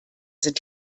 sind